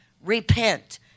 Repent